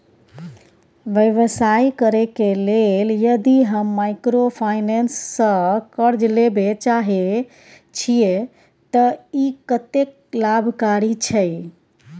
व्यवसाय करे के लेल यदि हम माइक्रोफाइनेंस स कर्ज लेबे चाहे छिये त इ कत्ते लाभकारी छै?